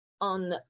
on